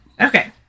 Okay